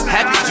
Happy